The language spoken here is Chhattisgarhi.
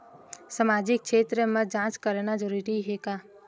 सामाजिक क्षेत्र म जांच करना जरूरी हे का?